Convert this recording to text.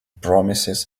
promises